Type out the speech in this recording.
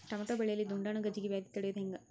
Tomato ಬೆಳೆಯಲ್ಲಿ ದುಂಡಾಣು ಗಜ್ಗಿ ವ್ಯಾಧಿ ತಡಿಯೊದ ಹೆಂಗ್?